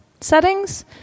settings